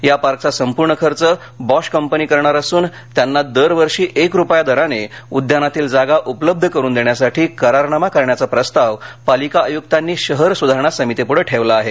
या पार्कचा संपूर्ण खर्च बॉश कंपनी करणार असून त्यांना दरवर्षी एक रुपया दराने उदयानातील जागा उपलब्ध करून देण्यासाठी करारनामा करण्याचा प्रस्ताव पालिका आय्क्तांनी शहर स्धारणा समितीप्ढे ठेवला आहे